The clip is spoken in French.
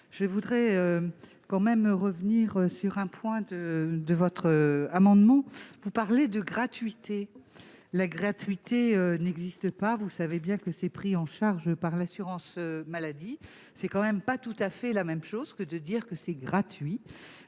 je voudrais revenir sur un point de votre amendement. Vous parlez en effet de « gratuité ». Or la gratuité n'existe pas, vous savez bien que c'est pris en charge par l'assurance maladie. Ce n'est pas tout à fait la même chose de dire que c'est « gratuit